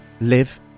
live